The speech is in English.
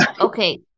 okay